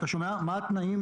מה התנאים